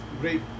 great